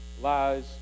lies